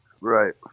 right